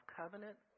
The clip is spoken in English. covenant